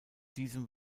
diesem